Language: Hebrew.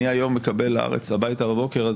אני מקבל "הארץ" הביתה בבוקר,